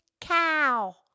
Cow